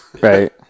Right